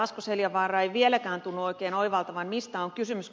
asko seljavaara ei vieläkään tunnu oikein oivaltavan mistä on kysymys